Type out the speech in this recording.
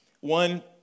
One